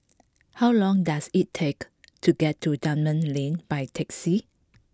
how long does it take to get to Dunman Lane by taxi